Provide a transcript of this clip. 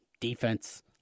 Defense